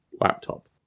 laptop